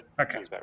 Okay